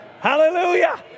Hallelujah